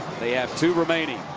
they have two remaining.